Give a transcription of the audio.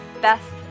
best